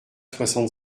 soixante